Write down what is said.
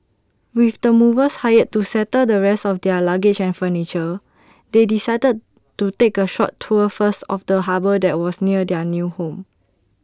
with the movers hired to settle the rest of their luggage and furniture they decided to take A short tour first of the harbour that was near their new home